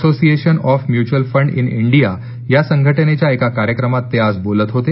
association of mutual fund in India या संघटनेच्या एका कार्यक्रमात ते आज बोलत होते